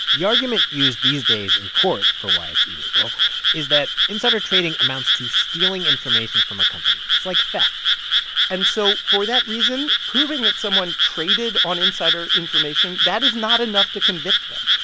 the argument used these days in court for why it's illegal is that insider trading amounts to stealing information from a company. it's like theft and so for that reason, proving that someone traded on insider information that is not enough to convict them.